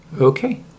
Okay